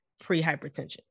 pre-hypertension